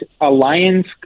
alliance